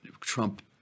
Trump